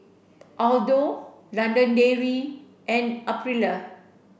Aldo London Dairy and Aprilia